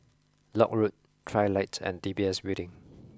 Lock Road Trilight and D B S Building